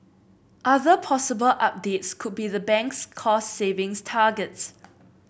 other possible updates could be the bank's cost savings targets